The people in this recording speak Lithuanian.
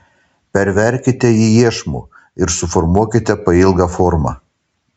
perverkite jį iešmu ir suformuokite pailgą formą